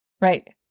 Right